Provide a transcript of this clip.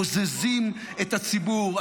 בוזזים את הציבור.